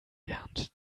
bernd